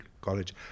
college